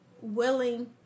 willing